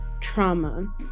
trauma